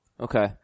Okay